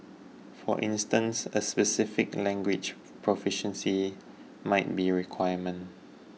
for instance a specific language proficiency might be a requirement